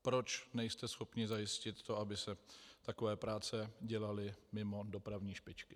Proč nejste schopni zajistit, aby se takové práce dělaly mimo dopravní špičku?